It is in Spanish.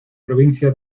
provincia